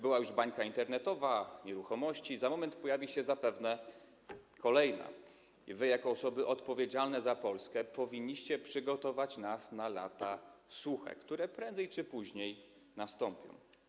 Była już bańka internetowa, była sprawa nieruchomości, za moment pojawi się zapewne kolejna kwestia i wy jako osoby odpowiedzialne za Polskę powinniście przygotować nas na lata suche, które prędzej czy później nastąpią.